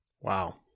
Wow